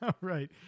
Right